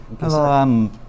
hello